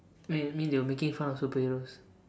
wait that means they were making fun of superheroes